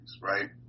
right